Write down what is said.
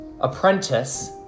apprentice